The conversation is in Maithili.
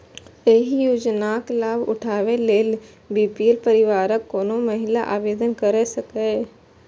एहि योजनाक लाभ उठाबै लेल बी.पी.एल परिवारक कोनो महिला आवेदन कैर सकैए